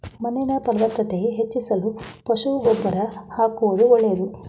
ಮಣ್ಣಿನ ಫಲವತ್ತತೆ ಹೆಚ್ಚಿಸಲು ಪಶು ಗೊಬ್ಬರ ಆಕುವುದು ಒಳ್ಳೆದು